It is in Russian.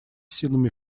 силами